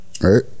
right